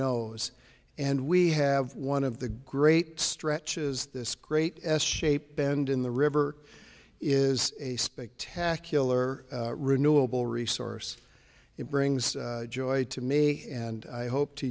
know and we have one of the great stretches this great s shaped bend in the river is a spectacular renewable resource it brings joy to me and i hope to